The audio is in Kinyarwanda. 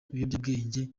ibiyobyabwenge